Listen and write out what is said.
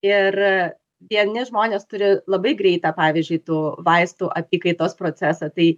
ir vieni žmonės turi labai greitą pavyzdžiui tų vaistų apykaitos procesą tai